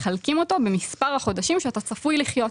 מחלקים אותו במספר החודשים שאתה צפוי לחיות,